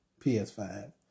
PS5